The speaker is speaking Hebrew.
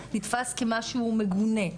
נתפס כמשהו מגונה,